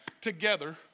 together